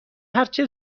هرچه